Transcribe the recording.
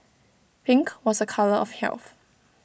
pink was A colour of health